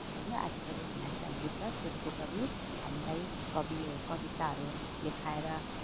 होइन आदिकवि भन्नाले चाहिँ हामी बुझ्छ सुरुको कवि हामीलाई कवि कविताहरू लेखाएर